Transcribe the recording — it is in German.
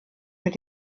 mit